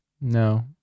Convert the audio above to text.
no